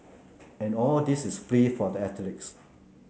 and all this is free for that athletes